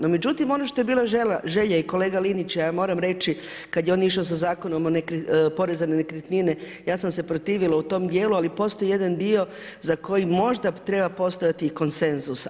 No, međutim, ono što je bila želja i kolege Linića, ja moram reći, kad je on išao sa Zakonom poreza na nekretnine, ja sam se protivila u tom dijelu, a li postoji jedan dio za koji možda treba postojati i konsenzus.